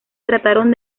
trataron